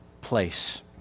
place